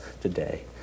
today